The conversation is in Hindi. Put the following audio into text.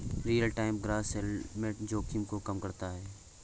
रीयल टाइम ग्रॉस सेटलमेंट जोखिम को कम करता है